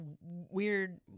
weird